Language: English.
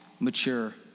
mature